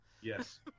yes